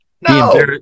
no